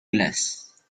glace